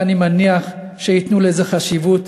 ואני מניח שייתנו לזה חשיבות.